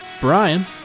Brian